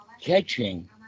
catching